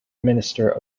minister